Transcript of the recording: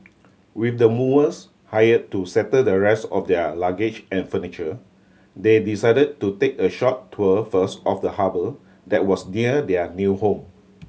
with the movers hire to settle the rest of their luggage and furniture they decided to take a short tour first of the harbour that was near their new home